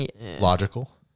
Logical